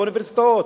באוניברסיטאות,